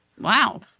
Wow